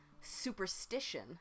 superstition